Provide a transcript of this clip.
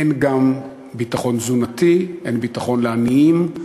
אין גם ביטחון תזונתי, אין ביטחון לעניים.